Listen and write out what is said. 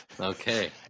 okay